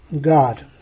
God